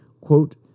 Quote